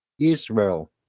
Israel